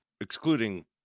excluding